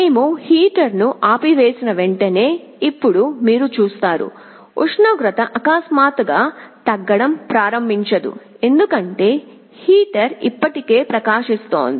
మేము హీటర్ను ఆపివేసిన వెంటనే ఇప్పుడు మీరు చూస్తారు ఉష్ణోగ్రత అకస్మాత్తుగా తగ్గడం ప్రారంభించదు ఎందుకంటే హీటర్ ఇప్పటికే ప్రకాశిస్తోంది